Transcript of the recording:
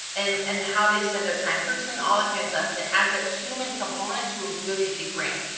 and and how they spend their time personally and all that kind of stuff. and it adds that human component to a really big brand.